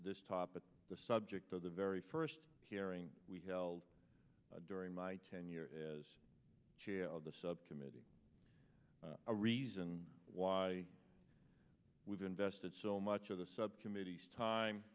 this topic the subject of the very first hearing we held during my tenure as chair of the subcommittee a reason why we've invested so much of the subcommittees time